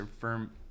firm